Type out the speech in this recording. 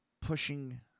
pushing